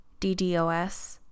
DDOS